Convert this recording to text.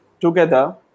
Together